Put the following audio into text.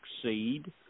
succeed